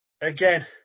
again